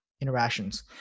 interactions